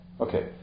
Okay